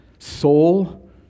Soul